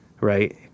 right